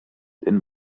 denn